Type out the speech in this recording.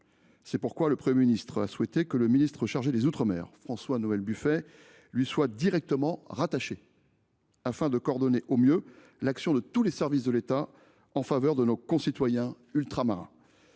raison pour laquelle le Premier ministre a souhaité que le ministre chargé des outre mer, François Noël Buffet, lui soit directement rattaché afin de coordonner au mieux l’action de tous les services de l’État en faveur de nos concitoyens ultramarins.